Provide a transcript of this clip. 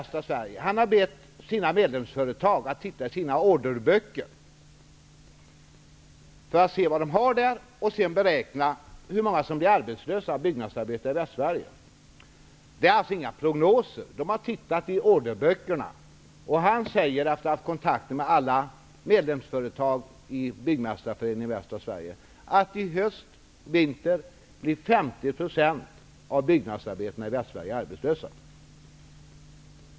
Sverige har bett sina medlemsföretag att titta i sina orderböcker för att se vad som finns där samt att beräkna hur många byggnadsarbetare som blir arbetslösa i Västsverige. Det handlar alltså inte om prognoser, utan man har tittat i sina orderböcker. Nämnde ordförande har haft kontakt med alla företag som är medlemmar Byggmästareföreningen i västra Sverige, och han säger att i höst och i vinter kommer 50 % av byggnadsarbetarna i Västsverige att bli arbetslösa.